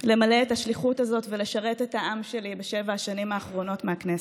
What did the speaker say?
למלא את השליחות הזאת ולשרת את העם שלי בשבע השנים האחרונות מהכנסת,